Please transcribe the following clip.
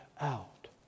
out